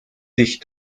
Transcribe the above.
sich